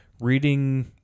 reading